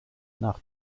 nach